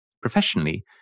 Professionally